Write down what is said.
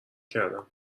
کردم